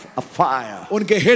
afire